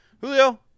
Julio